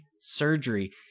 surgery